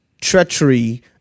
treachery